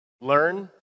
learn